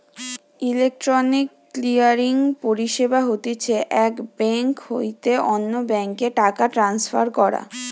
electronic clearing পরিষেবা হতিছে এক বেঙ্ক হইতে অন্য বেঙ্ক এ টাকা ট্রান্সফার করা